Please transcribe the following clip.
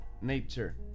nature